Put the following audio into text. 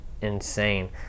insane